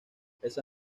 esa